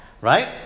right